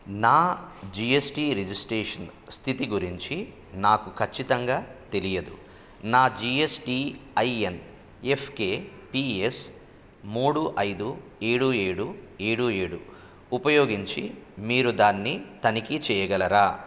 నా GST registration స్థితి గురించి నాకు ఖచ్చితంగా తెలియదు నా G S T I N F K P S మూడు ఐదు ఏడు ఏడు ఏడు ఏడు ఉపయోగించి మీరు దాన్ని తనిఖీ చేయగలరా